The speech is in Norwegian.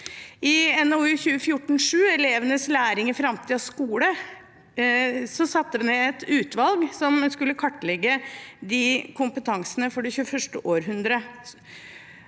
I NOU 2014: 7, Elevenes læring i fremtidens skole, satte vi ned et utvalg som skulle kartlegge kompetansene for det 21. århundre: